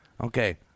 Okay